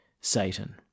Satan